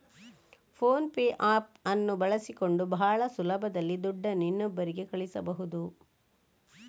phone pay app ಅನ್ನು ಬಳಸಿಕೊಂಡು ಭಾಳ ಸುಲಭದಲ್ಲಿ ದುಡ್ಡನ್ನು ಇನ್ನೊಬ್ಬರಿಗೆ ಕಳಿಸಬಹುದು